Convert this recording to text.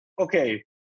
okay